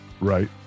Right